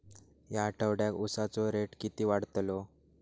या आठवड्याक उसाचो रेट किती वाढतलो?